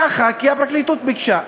ככה, כי הפרקליטות ביקשה.